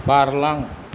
बारलां